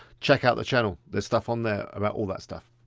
check out the channel. there's stuff on there about all that stuff.